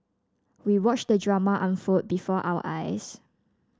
we watched the drama unfold before our eyes